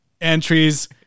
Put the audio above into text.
entries